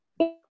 Okay